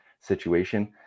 situation